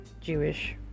Jewish